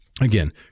Again